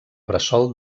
bressol